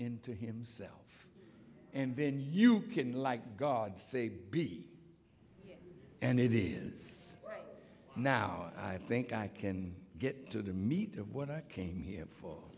into himself and then you can like god say be and it is now i think i can get to the meat of what i came here for